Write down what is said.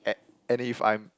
and if I'm